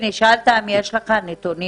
מוטי, נשאלת האם יש לך נתונים.